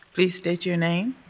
please state your name,